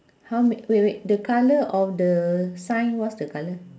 !huh! wa~ wait wait the colour of the sign what's the colour